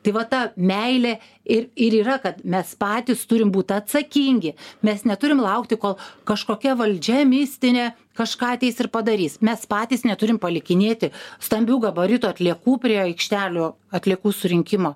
tai va ta meilė ir ir yra kad mes patys turim būt atsakingi mes neturim laukti kol kažkokia valdžia mistinė kažką ateis ir padarys mes patys neturim palikinėti stambių gabaritų atliekų prie aikštelių atliekų surinkimo